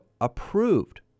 approved